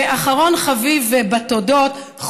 ואחרון חביב בתודות,